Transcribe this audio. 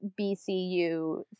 BCU